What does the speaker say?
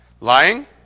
Lying